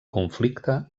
conflicte